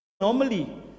Normally